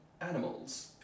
animals